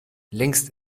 längst